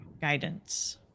guidance